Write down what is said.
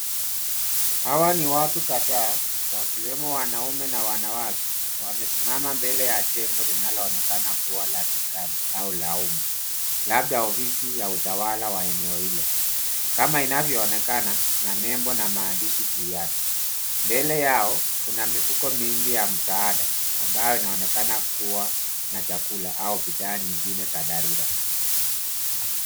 Hawa ni watu kadhaa wakiwemo wanaume na wanawake, wamesimama mbele ya jengo linaloonekana kuwa la serikali au laumu. Labda ofisi ya utawala wa eneo hilo, kama inavyoonekana na nembo na maandishi juu yake. Mbele yao kuna mifuko mingi ya msaada ambayo yanaonekana kuwa na chakula au bidhaa nyingine za dharura.